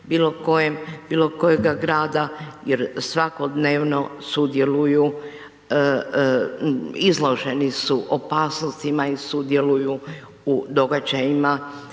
bilokojega grada jer svakodnevno sudjeluju, izloženi su opasnostima i sudjeluju u događajima